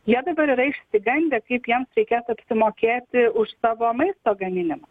jie dabar yra išsigandę kaip jiems reikės apsimokėti už savo maisto gaminimą